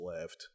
left